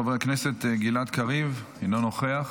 חבר הכנסת גלעד קריב, אינו נוכח,